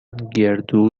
گردو